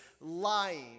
lying